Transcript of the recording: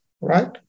right